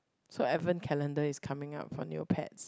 so advent calendar is coming up for Neopets